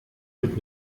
tut